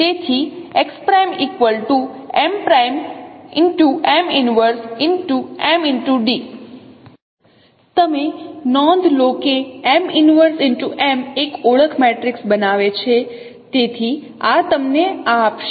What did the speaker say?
તેથી તેથી તમે નોંધ લો કે એક ઓળખ મેટ્રિક્સ બનાવે છે તેથી આ તમને આ આપશે